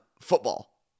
football